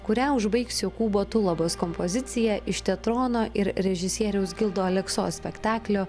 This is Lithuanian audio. kurią užbaigs jokūbo tulabos kompozicija iš tetrono ir režisieriaus gildo aleksos spektaklio